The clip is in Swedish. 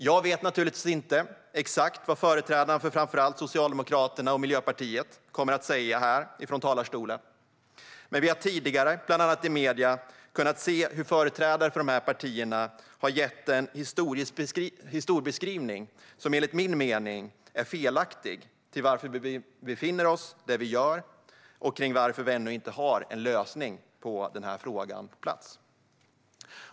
Jag vet naturligtvis inte exakt vad företrädarna för framför allt Socialdemokraterna och Miljöpartiet kommer att säga från talarstolen, men tidigare har företrädare för de här partierna, bland annat i medier, gett en historieskrivning som enligt min mening är felaktig av varför vi befinner oss där vi gör och varför vi ännu inte har en lösning på plats i den här frågan.